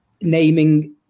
naming